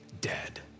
dead